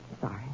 sorry